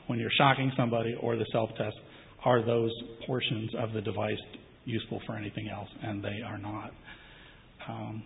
when you're shopping somebody or the self to ask are those portions of the device useful for anything else and they are not